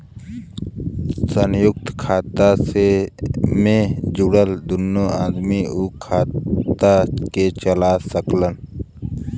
संयुक्त खाता मे जुड़ल दुन्नो आदमी उ खाता के चला सकलन